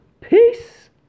peace